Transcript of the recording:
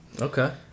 okay